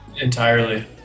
Entirely